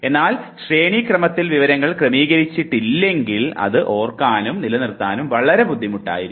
എന്നാൽ ശ്രേണിക്രമത്തിൽ വിവരങ്ങൾ ക്രമീകരിച്ചിട്ടില്ലെങ്കിൽ അത് ഓർമിക്കാനും നിലനിർത്താനും വളരെ ബുദ്ധിമുട്ടുണ്ടാകുന്നു